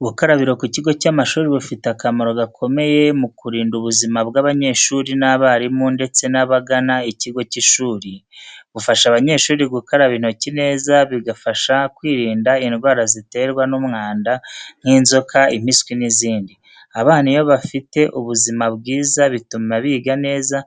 Ubukarabiro ku kigo cy’amashuri bufite akamaro gakomeye mu kurinda ubuzima bw’abanyeshuri n’abarimu ndetse n'abagana ikigo cy'ishuri, bufasha abanyeshuri gukaraba intoki neza, bigafasha kwirinda indwara ziterwa n’mwanda nk’inzoka, impiswi n’izindi. Abana iyo bafite buzima bwiza bituma biga neza,